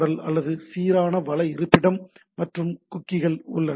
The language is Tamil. எல் அல்லது சீரான வள இருப்பிடம் மற்றும் குக்கீகள் உள்ளன